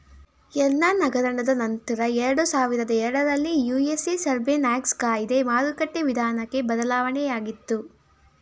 Enron ಹಗರಣ ನಂತ್ರ ಎರಡುಸಾವಿರದ ಎರಡರಲ್ಲಿ ಯು.ಎಸ್.ಎ ಸರ್ಬೇನ್ಸ್ ಆಕ್ಸ್ಲ ಕಾಯ್ದೆ ಮಾರುಕಟ್ಟೆ ವಿಧಾನಕ್ಕೆ ಬದಲಾವಣೆಯಾಗಿತು